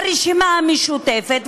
הרשימה המשותפת,